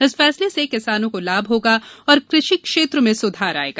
इस फैसले से किसानों को लाभ होगा और कृषि क्षेत्र में सुधार आएगा